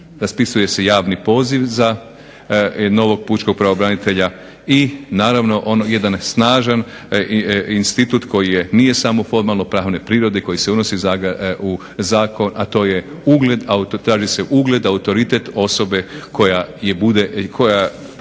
raspisuje se javni poziv za novog pučkog pravobranitelja i naravno on je jedan snažan institut koji nije samo formalno-pravne prirode koji se unosi u zakon, a to je ugled, traži se ugled, autoritet osobe koja aplicira da